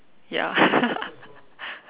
ya